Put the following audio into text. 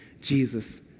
Jesus